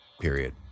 Period